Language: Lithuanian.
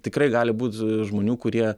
tikrai gali būt žmonių kurie